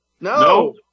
no